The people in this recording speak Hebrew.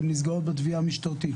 נסגרות בתביעה המשטרתית.